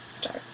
start